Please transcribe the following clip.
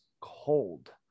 cold